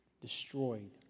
destroyed